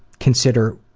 consider